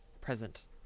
present